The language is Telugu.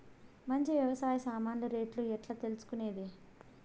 మంచి వ్యవసాయ సామాన్లు రేట్లు ఎట్లా తెలుసుకునేది?